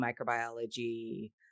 microbiology